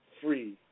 free